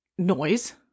Noise